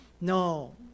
No